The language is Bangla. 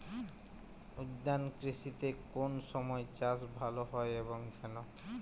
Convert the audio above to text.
উদ্যান কৃষিতে কোন সময় চাষ ভালো হয় এবং কেনো?